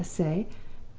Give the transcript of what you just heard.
let us say,